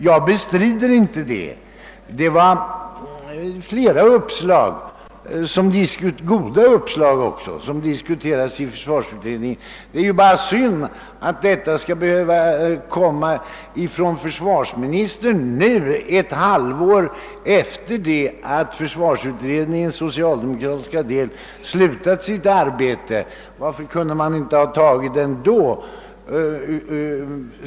Jag bestrider inte detta, ty flera uppslag, även goda, diskuterades i försvarsutredningen, men det är synd att försvarsministern kommer med detta nu ett halvår efter det att försvarsutredningens socialdemokratiska ledamöter slutat sitt arbete. Varför kunde man inte ha handlat tidigare?